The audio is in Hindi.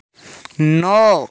नौ